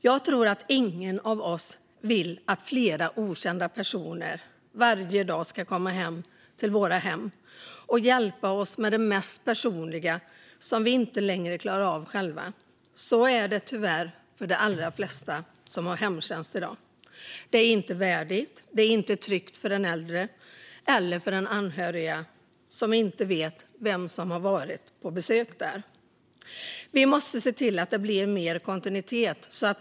Jag tror inte att någon av oss vill att flera okända personer varje dag ska komma till våra hem och hjälpa oss med det mest personliga som vi inte längre klarar av själva. Så är det tyvärr för de allra flesta som har hemtjänst i dag. Det är inte värdigt. Det är inte tryggt för den äldre eller för den anhöriga som inte vet vem som har varit på besök där. Vi måste se till att det blir mer kontinuitet.